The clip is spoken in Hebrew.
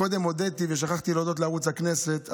קודם הודיתי ושכחתי להודות לערוץ הכנסת,